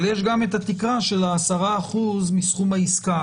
אבל יש גם את התקרה של 10% מסכום העסקה.